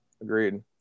Agreed